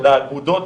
לאגודות